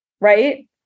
right